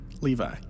Levi